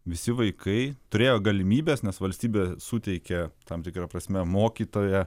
visi vaikai turėjo galimybes nes valstybė suteikė tam tikra prasme mokytoją